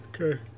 Okay